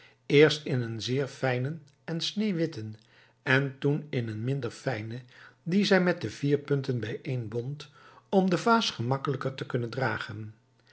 eerst in een zeer fijnen en sneeuwwitten en toen in een minder fijnen dien zij met de vier punten bijeen bond om de vaas gemakkelijker te kunnen dragen